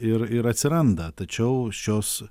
ir ir atsiranda tačiau šios